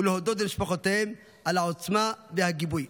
ולהודות למשפחותיהם על העוצמה והגיבוי.